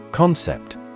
Concept